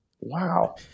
Wow